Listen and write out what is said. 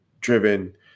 driven